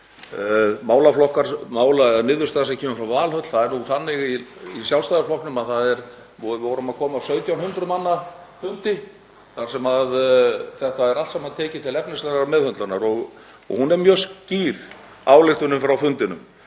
Niðurstaða sem kemur frá Valhöll — það er nú þannig í Sjálfstæðisflokknum að við vorum að koma af 1.700 manna fundi þar sem þetta er allt saman tekið til efnislegrar meðhöndlunar. Hún er mjög skýr ályktunin frá fundinum: